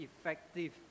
effective